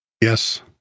Yes